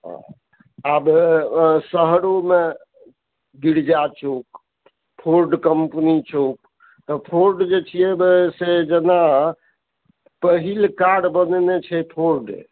आब शहरोमे गिरजा चौक फोर्ड कम्पनी चौक तऽ फोर्ड जे छियै से जेना पहिल कार बनेने छै फोर्ड